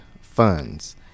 funds